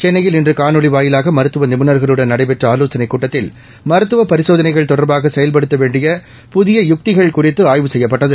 சென்னையில் இன்று காணொலி வாயிலாக மருத்துவ நிபுணாகளுடன் நடைபெற்ற ஆலோசனை கூட்டத்தில் மருத்துவ பரிசோதனைகள் தொடா்பாக செயல்படுத்த வேண்டிய புதிய யுக்திகள் குறித்து ஆய்வு செய்யப்பட்டது